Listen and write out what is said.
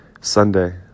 sunday